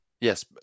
Yes